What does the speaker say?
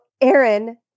Aaron